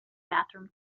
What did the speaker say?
bathroom